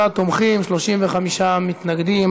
27 תומכים, 35 מתנגדים.